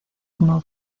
como